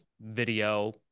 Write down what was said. video